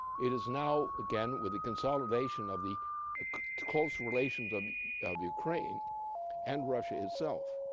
it is now, again, with the consolidation of the close relations um of ukraine and russia itself,